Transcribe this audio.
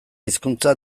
hizkuntza